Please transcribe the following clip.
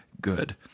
good